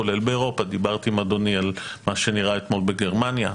כולל באירופה דיברתי עם אדוני על מה שנראה אתמול בגרמניה,